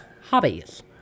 Hobbies